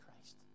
Christ